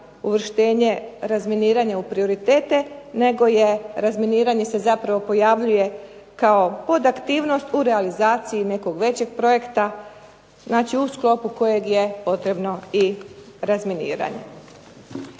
uvrštenje razminiranja u prioritete, nego je razminiranje se zapravo pojavljuje kao podaktivnost u realizaciji nekog većeg projekta u sklopu kojeg je potrebno i razminiranje.